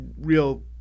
real